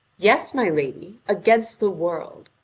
yes, my lady, against the world.